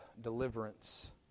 deliverance